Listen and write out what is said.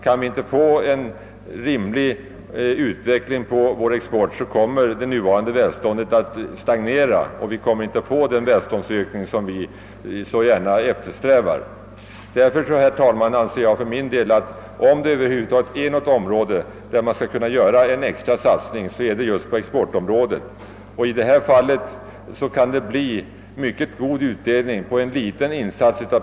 Kan vi inte åstadkomma en rimlig utveckling för vår export, så stagnerar takten i vår välståndsökning. Vi får då inte den standardökning som vi eftersträvar. Jag anser därför att om vi skall göra en satsning på något område, så skall det vara på exporten. Och i det fall det här gäller skulle det också bli en mycket god utdelning på en liten insats.